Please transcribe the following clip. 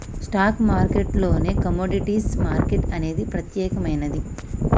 stock మార్కెట్టులోనే commodities market అనేది ప్రత్యేకమైనది